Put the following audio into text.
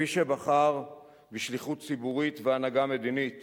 כפי שבחר בשליחות ציבורית והנהגה מדינית